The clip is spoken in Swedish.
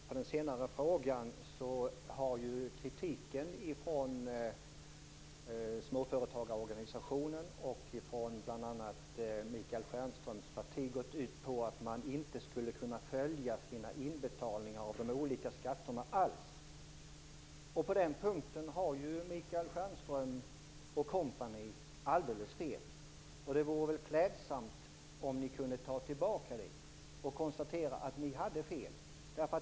Fru talman! I den sista frågan har ju kritiken från småföretagarorganisationen och från bl.a. Michael Stjernströms parti gått ut på att man inte alls skulle kunna följa sina inbetalningar av de olika skatterna. På den punkten har Michael Stjernström och kompani helt fel. Det vore klädsamt om de kunde ta tillbaka det och konstatera att de hade fel.